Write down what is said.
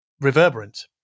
reverberant